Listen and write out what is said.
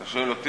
אתה שואל אותי?